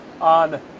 on